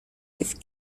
with